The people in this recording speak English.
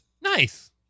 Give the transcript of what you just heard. Nice